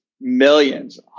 millions